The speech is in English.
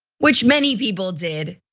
which many people did.